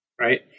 right